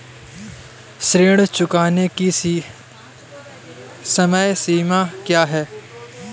ऋण चुकाने की समय सीमा क्या है?